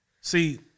See